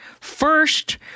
First